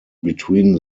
between